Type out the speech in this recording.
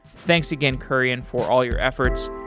thanks again, kurian, for all your efforts.